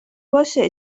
باشه